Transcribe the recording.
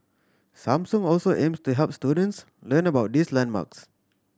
Samsung also aims to help students learn about these landmarks